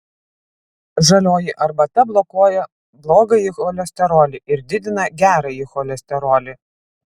žalioji arbata blokuoja blogąjį cholesterolį ir didina gerąjį cholesterolį